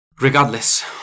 Regardless